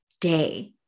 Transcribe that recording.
day